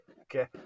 Okay